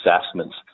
assessments